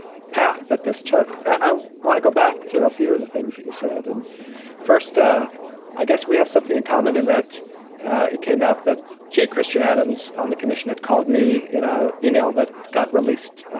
path that this took. i want to go back to a few of the things that you said. and first, ah i guess we have something in common in that it came out that j. christian adams on the commission had called me in a email that got released,